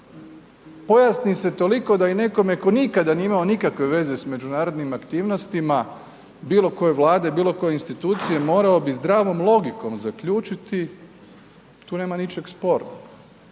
pojasni se toliko da i nekome tko nikada nije imao nikakve veze s međunarodnim aktivnostima bilo koje Vlade, bilo koje institucije morao bi zdravom logikom zaključiti, tu nema ničeg sporno.